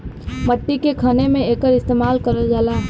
मट्टी के खने में एकर इस्तेमाल करल जाला